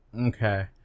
Okay